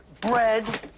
bread